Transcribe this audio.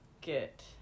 get